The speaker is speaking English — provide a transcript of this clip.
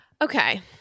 Okay